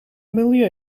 milieu